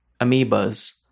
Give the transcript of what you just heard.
Amoebas